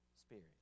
spirit